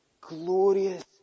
glorious